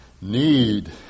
need